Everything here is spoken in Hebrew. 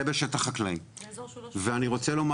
אני מתרשם